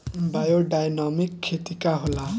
Biodynamic खेती का होला?